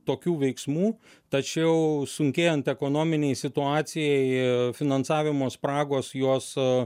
tokių veiksmų tačiau sunkėjant ekonominei situacijai finansavimo spragos jos